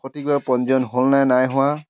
সঠিকভাৱে পঞ্জীয়ন হ'লনে নাই হোৱা